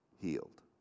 healed